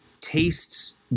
tastes